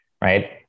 right